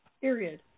period